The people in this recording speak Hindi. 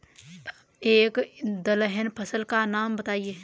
एक दलहन फसल का नाम बताइये